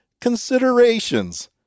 considerations